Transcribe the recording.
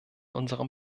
unserem